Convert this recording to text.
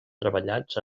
treballats